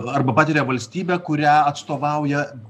arba patiria valstybė kurią atstovauja